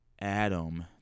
adam